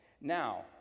Now